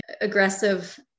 aggressive